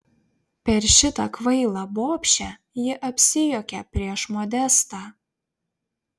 per šitą kvailą bobšę ji apsijuokė prieš modestą